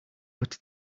but